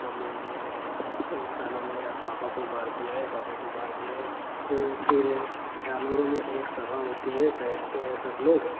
mummy मैं इंसानों ने पापा को मार दिया है पापा को मार दिया है तो फ़िर जानवरों में एक सभा होती है बैठते हैं सब लोग